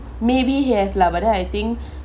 maybe he has lah but then I think